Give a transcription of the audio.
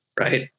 right